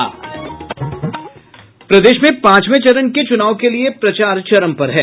प्रदेश में पांचवें चरण के चुनाव के लिए प्रचार चरम पर है